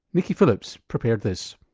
nicky phillips prepared this.